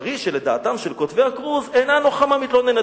ברי שדעתם של כותבי הכרוז אינה נוחה מהמתלוננת,